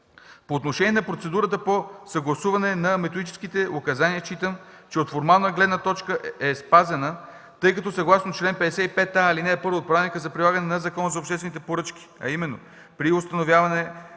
По отношение на процедурата по съгласуване на методическите указания, считам, че от формална гледна точка е спазена, тъй като съгласно чл. 55а, ал. 1 от Правилника за прилагане на Закона за обществените поръчки, а именно – при установяване